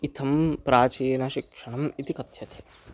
इत्थं प्राचीनशिक्षणम् इति कथ्यते